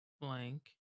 blank